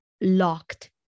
locked